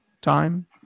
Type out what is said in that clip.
time